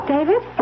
David